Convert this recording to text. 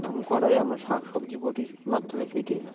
এবং কড়াই আমরা শাক সবজি বটির মাধ্যমে কেটে